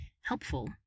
helpful